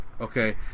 Okay